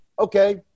Okay